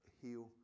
heal